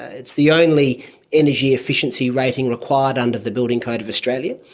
it's the only energy efficiency rating required under the building code of australia,